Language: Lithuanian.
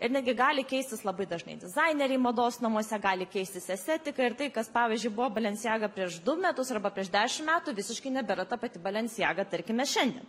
ir netgi gali keistis labai dažnai dizaineriai mados namuose gali keistis estetika ir tai kas pavyzdžiui buvo balenciaga prieš du metus arba prieš dešim metų visiškai nebėra ta pati balenciaga tarkime šiandien